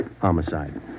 Homicide